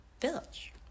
village